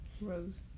rose